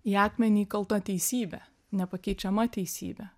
į akmenį įkalta teisybė nepakeičiama teisybė